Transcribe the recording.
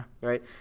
right